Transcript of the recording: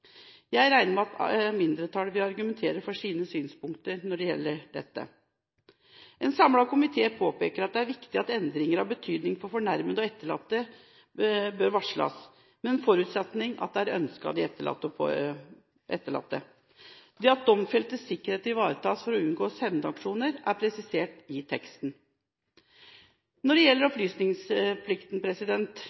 Jeg regner med at mindretallet vil argumentere for sine synspunkter når det gjelder dette. En samlet komité påpeker at det er viktig at endringer av betydning for fornærmede og etterlatte, bør varsles – under forutsetning av at dette er ønsket av de etterlatte. Det at domfeltes sikkerhet ivaretas for å unngå hevnaksjoner, er presisert i teksten. Når det gjelder opplysningsplikten